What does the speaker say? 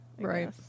Right